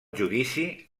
judici